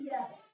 Yes